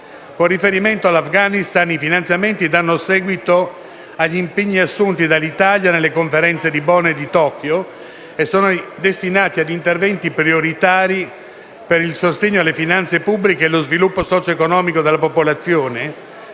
Con riferimento all'Afghanistan, i finanziamenti danno seguito agli impegni assunti dall'Italia nelle conferenze di Bonn e di Tokyo, e sono destinati a interventi prioritari per il sostegno alle finanze pubbliche e lo sviluppo socio-economico della popolazione,